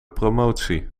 promotie